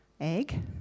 egg